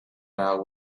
vow